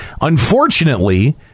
Unfortunately